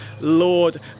Lord